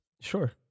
Sure